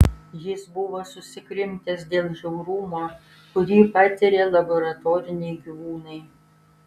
jis buvo susikrimtęs dėl žiaurumo kurį patiria laboratoriniai gyvūnai